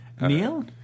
Neil